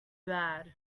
bad